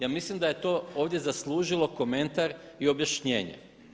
Ja mislim da je to ovdje zaslužilo komentar i objašnjenje.